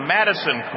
Madison